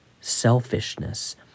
selfishness